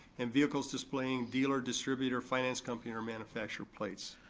and vehicles displaying dealer, distributor, finance company, or manufacturer plates.